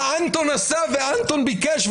מה אנטון עשה ואנטון ביקש?